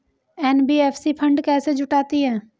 NBFC fund कैसे जुटाती है?